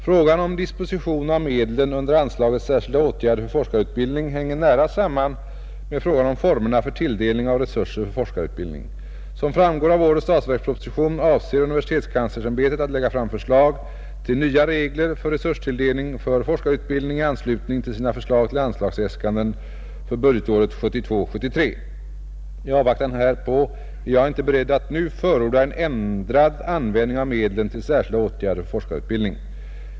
Frågan om disposition av medlen under anslaget Särskilda åtgärder för forskarutbildning hänger nära samman med frågan om formerna för tilldelning av resurser för forskarutbildning. Som framgår av årets statsverksproposition avser universitetskanslersämbetet att lägga fram förslag till nya regler för resurstilldelning för forskarutbildning i anslutning till sina förslag till anslagsäskanden för budgetåret 1972/73. I avvaktan härpå är jag inte beredd att nu förorda en ändrad användning av medlen till särskilda åtgärder för forskarutbildning.